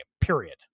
period